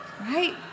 right